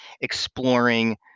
exploring